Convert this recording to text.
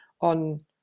on